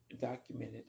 documented